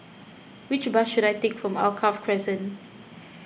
which bus should I take to Alkaff Crescent